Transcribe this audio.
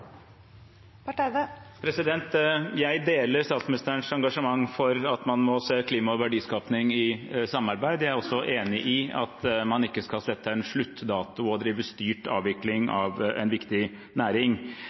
Jeg deler statsministerens engasjement for at man må se klima og verdiskaping i sammenheng. Jeg er også enig i at man ikke skal sette en sluttdato og drive styrt avvikling av en viktig næring.